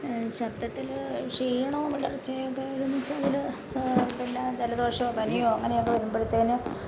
ശബ്ദത്തിൽ ക്ഷീണവും ഇടർച്ചയൊക്കെ എന്ന് വെച്ചാൽ പിന്നെ ജലദോഷമോ പനിയോ അങ്ങനെ ഒക്കെ വരുമ്പോഴത്തേനും